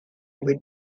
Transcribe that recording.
with